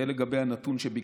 זה לגבי הנתון שביקשת.